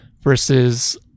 versus